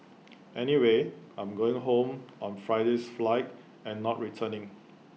anyway I'm going home on Friday's flight and not returning